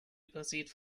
übersät